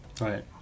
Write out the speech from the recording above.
Right